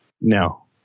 No